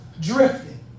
drifting